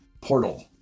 portal